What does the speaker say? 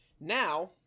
Now